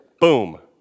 Boom